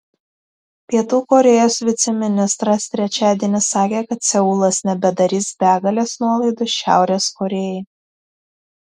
pietų korėjos viceministras trečiadienį sakė kad seulas nebedarys begalės nuolaidų šiaurės korėjai